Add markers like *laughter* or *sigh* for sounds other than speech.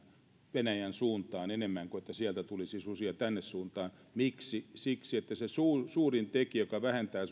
venäjän suuntaan enemmän kuin että sieltä tulisi susia tänne suuntaan miksi siksi että se suurin suurin tekijä joka vähentää *unintelligible*